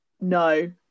no